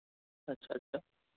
अच्छा अच्छा